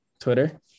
twitter